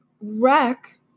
wreck